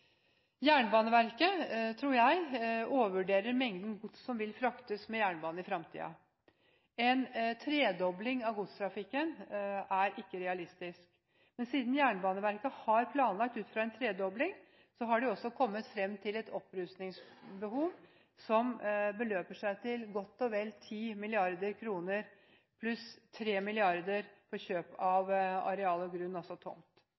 Jernbaneverket overvurderer, tror jeg, mengden gods som vil bli fraktet med jernbane i fremtiden. En tredobling av godstrafikken er ikke realistisk. Siden Jernbaneverket har planlagt ut fra en tredobling, har de også kommet fram til et opprustningsbehov som beløper seg til godt og vel 10 mrd. kr, pluss 3 mrd. kr for kjøp av areal og grunn, altså tomt.